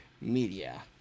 Media